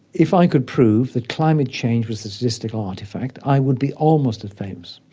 if i could prove that climate change was a statistical artefact, i would be almost as famous.